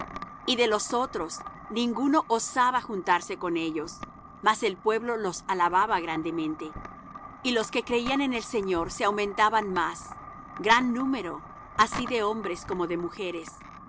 y de los otros ninguno osaba juntarse con ellos mas el pueblo los alababa grandemente y los que creían en el señor se aumentaban más gran número así de hombres como de mujeres